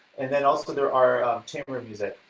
and then also there are chamber music